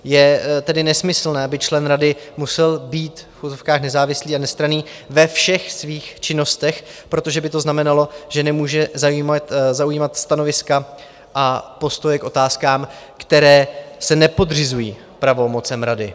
Je tedy nesmyslné, aby člen rady musel být v uvozovkách nezávislý a nestranný ve všech svých činnostech, protože by to znamenalo, že nemůže zaujímat stanoviska a postoje k otázkám, které se nepodřizují pravomocem rady.